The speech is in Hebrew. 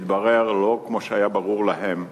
והתברר לו, כמו שהיה ברור להם,